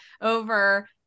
over